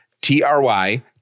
T-R-Y